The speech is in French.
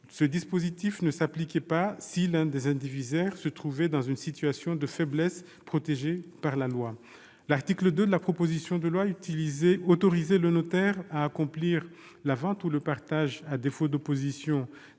Ce dispositif ne s'appliquait pas si l'un des indivisaires se trouvait dans une situation de faiblesse protégée par la loi. L'article 2 de la proposition de loi autorisait le notaire à accomplir la vente ou le partage, à défaut d'opposition